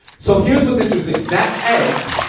so here's what's interesting. that egg,